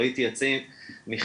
ראיתי עצי צאלון.